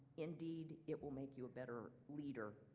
indeed it will make you a better leader,